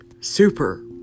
super